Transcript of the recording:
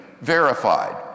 verified